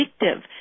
addictive